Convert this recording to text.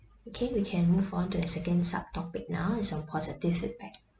okay we can move on to the second sub topic now is on positive feedback